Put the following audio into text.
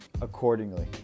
accordingly